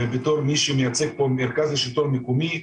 בתור מי שמייצג פה את המרכז לשלטון מקומי,